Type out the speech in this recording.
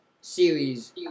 series